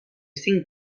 cinc